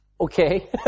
Okay